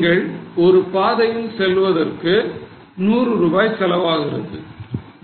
நீங்கள் ஒரு பாதையில் செல்வதற்கு 100 ரூபாய் செலவாகிறது